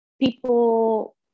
people